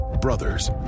brothers